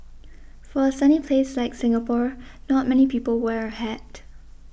for a sunny place like Singapore not many people wear a hat